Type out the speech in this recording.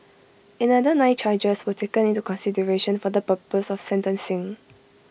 another nine charges were taken into consideration for the purpose of sentencing